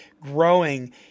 growing